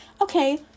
okay